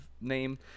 name